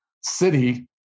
city